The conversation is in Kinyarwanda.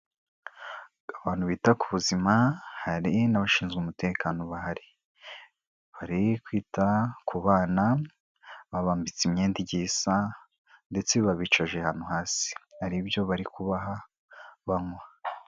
Abantu bita ku buzima hari n'abashinzwe umutekano bahari, bari kwita ku bana babambitse imyenda igiye isa ndetse babicaje ahantu hasi hari ibyo bari kubaha banywa.